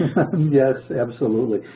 yes, absolutely.